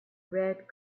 red